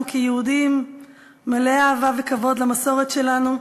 כיהודים מלאי אהבה וכבוד למסורת שלנו,